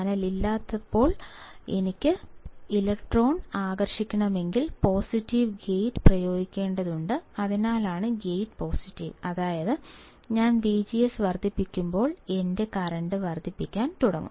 channel ഇല്ലാത്തപ്പോൾ എനിക്ക് electron ആകർഷിക്കണമെങ്കിൽ പോസിറ്റീവ് ഗേറ്റ് പ്രയോഗിക്കേണ്ടതുണ്ട് അതിനാലാണ് ഗേറ്റ് പോസിറ്റീവ് അതായത് ഞാൻ വിജിഎസ് വർദ്ധിപ്പിക്കുമ്പോൾ എന്റെ കറന്റ് വർദ്ധിക്കാൻ തുടങ്ങും